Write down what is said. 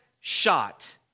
shot